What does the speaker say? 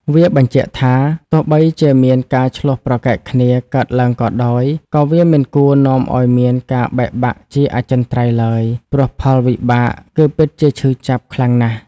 វាបញ្ជាក់ថា ទោះបីជាមានការឈ្លោះប្រកែកគ្នាកើតឡើងក៏ដោយ ក៏វាមិនគួរនាំឲ្យមានការបែកបាក់ជាអចិន្ត្រៃយ៍ឡើយ ព្រោះផលវិបាកគឺពិតជាឈឺចាប់ខ្លាំងណាស់។